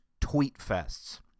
tweet-fests